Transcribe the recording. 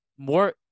More